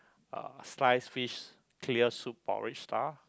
uh sliced fish clear soup porridge star